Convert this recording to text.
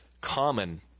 common